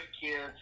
kids